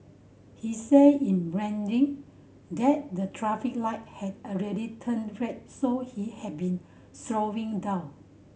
he said in Mandarin that the traffic light had already turned red so he had been slowing down